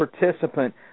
participant